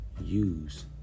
Use